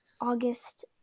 August